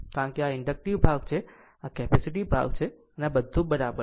તો આ કારણ કે આ ઇન્ડકટીવ ભાગ છે આ કેપેસિટીવ ભાગ છે અને આ બરાબર છે